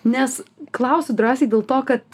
nes klausiu drąsiai dėl to kad